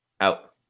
Out